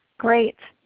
great.